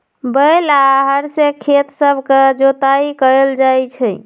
बैल आऽ हर से खेत सभके जोताइ कएल जाइ छइ